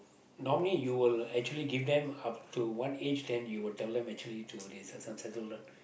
normally you will actually give them up to one age then you will tell them actually to this uh this one settle down